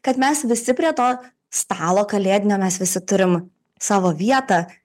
kad mes visi prie to stalo kalėdinio mes visi turim savo vietą